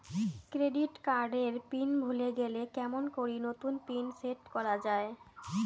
Credit card এর pin ভুলে গেলে কেমন করি নতুন পিন সেট করা য়ায়?